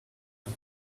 now